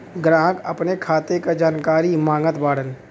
ग्राहक अपने खाते का जानकारी मागत बाणन?